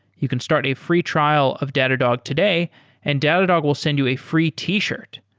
you can start a free trial of datadog today and datadog will send you a free t-shirt.